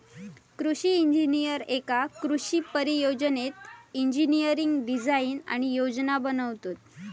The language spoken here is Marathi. कृषि इंजिनीयर एका कृषि परियोजनेत इंजिनियरिंग डिझाईन आणि योजना बनवतत